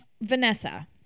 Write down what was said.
Vanessa